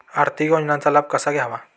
आर्थिक योजनांचा लाभ कसा घ्यावा?